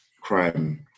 crime